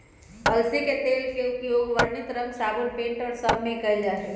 अलसी के तेल के उपयोग वर्णित रंग साबुन पेंट और सब में कइल जाहई